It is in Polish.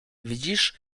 widzisz